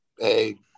Hey